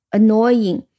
annoying